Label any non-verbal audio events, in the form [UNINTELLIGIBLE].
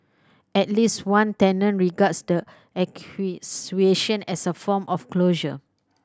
at least one tenant regards the [UNINTELLIGIBLE] as a form of closure